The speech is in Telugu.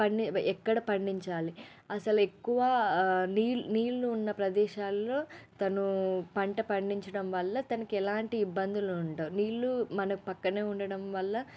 పండిన్ ఎక్కడ పండించాలి అసలు ఎక్కువ నీళ్ళు నీళ్ళు ఉన్న ప్రదేశాల్లో తనూ పంట పండించడం వల్ల తనకు ఎలాంటి ఇబ్బందులు ఉండవు నీళ్ళు మన పక్కనే ఉండడం వల్ల